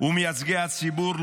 ומייצגי הציבור,